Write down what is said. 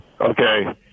Okay